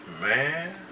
Man